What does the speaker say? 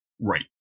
right